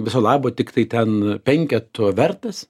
viso labo tiktai ten penketo vertas